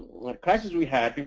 what crises we had,